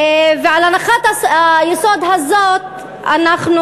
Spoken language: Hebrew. ועל הנחת היסוד הזאת אנחנו